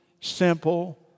simple